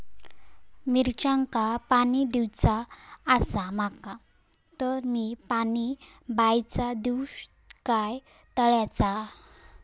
मिरचांका पाणी दिवचा आसा माका तर मी पाणी बायचा दिव काय तळ्याचा?